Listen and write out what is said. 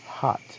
Hot